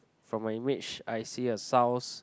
from my rage I see a sounds